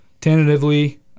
tentatively